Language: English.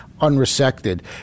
unresected